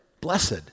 Blessed